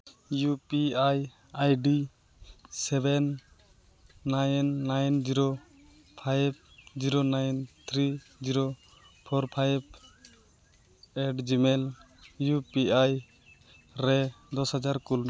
U P I I D seven nine nine zero five zero nine three zero four five eight Gmail U P I ᱨᱮ ᱫᱚᱥ ᱦᱟᱡᱟᱨ ᱠᱩᱞ ᱢᱮ